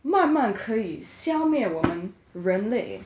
慢慢可以消灭我们人类